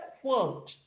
quote